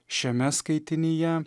šiame skaitinyje